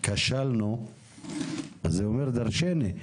אז זה אומר דרשני.